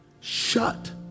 shut